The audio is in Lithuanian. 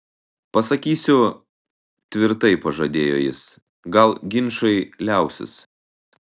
pasakysiu tvirtai pažadėjo jis gal ginčai liausis